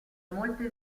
molte